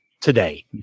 today